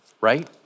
Right